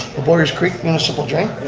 the boyers creek municipal drain.